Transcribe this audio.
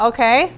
Okay